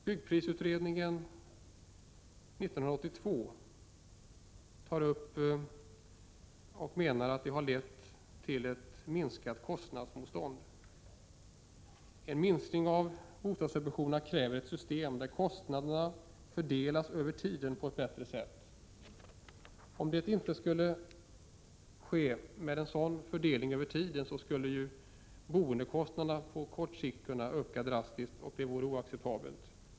Byggprisutredningen 1982 tar upp saken och menar att subventionerna har lett till ett minskat kostnadsmotstånd. En minskning av bostadssubventionerna kräver ett system där kostnaderna fördelas över tiden på ett bättre sätt. Om det inte skulle bli en sådan fördelning över tiden skulle ju boendekostnaderna på kort sikt kunna öka drastiskt, och det vore oacceptabelt.